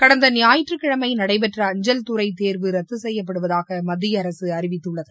கடந்த ஞாயிற்றுக்கிழமை நடைபெற்ற அஞ்சல்துறை தோ்வு ரத்து செய்யப்படுவதாக மத்திய அரசு அறிவித்துள்ளது